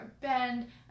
bend